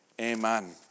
Amen